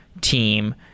team